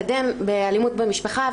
היא דרך רחבה יותר שמסייעת לקידום האינטרסים